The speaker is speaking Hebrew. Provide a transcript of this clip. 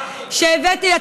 אנחנו הגדלנו.